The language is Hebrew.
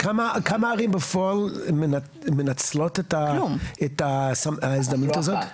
כמה ערים בפועל מנצלות את ההזדמנות הזאת?